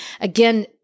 Again